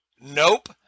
nope